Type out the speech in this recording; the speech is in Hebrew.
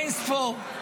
אין-ספור.